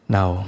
Now